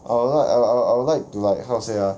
I would like I I I I'll like to like how to say ah